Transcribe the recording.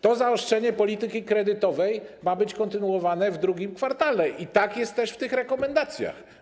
To zaostrzenie polityki kredytowej ma być kontynuowane w II kwartale - i tak jest też w tych rekomendacjach.